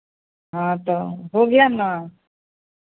हाँ तो हो गया ना